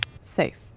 Safe